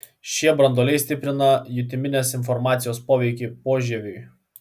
šie branduoliai stiprina jutiminės informacijos poveikį požieviui